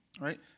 right